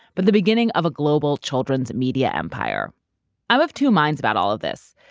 but the beginning of a global children's media empire i'm of two minds about all of this.